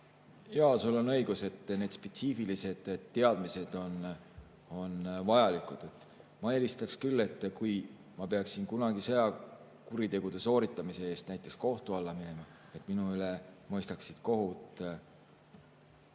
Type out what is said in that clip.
Jaa, sul on õigus, need spetsiifilised teadmised on vajalikud. Ma eelistaks küll, et kui ma peaksin kunagi sõjakuritegude sooritamise eest kohtu alla minema, siis minu üle mõistaksid kohut